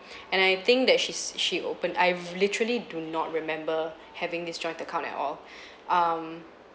and I think that she's she opened I've literally do not remember having this joint account at all um